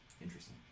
Interesting